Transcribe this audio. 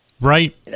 Right